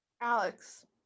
Alex